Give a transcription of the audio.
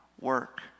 work